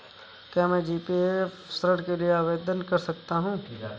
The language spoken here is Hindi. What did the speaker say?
क्या मैं जी.पी.एफ ऋण के लिए आवेदन कर सकता हूँ?